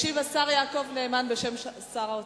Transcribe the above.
ישיב השר יעקב נאמן בשם שר האוצר.